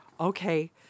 Okay